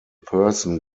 person